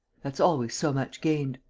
that's always so much gained.